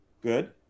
good